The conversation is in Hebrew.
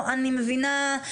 אני מבינה,